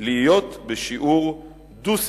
להיות בשיעור דו-ספרתי.